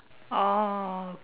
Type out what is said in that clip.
oh